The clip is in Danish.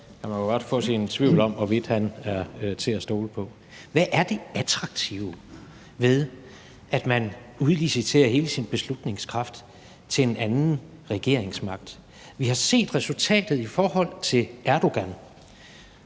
man jo godt få sine tvivl om, hvorvidt han er til at stole på. Hvad er det attraktive ved, at man udliciterer hele sin beslutningskraft til en anden regeringsmagt? Vi har set resultatet i forhold til Erdogan.